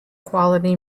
quality